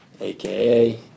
aka